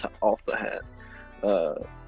off-the-hat